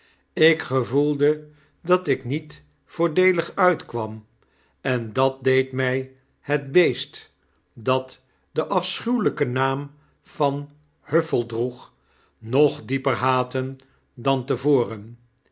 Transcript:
ik gevoelde dat ik niet voordeelig uitkwam en dat deed mij het beest dat den afschuwelijken naam van huffell droeg nog dieper haten dan te voren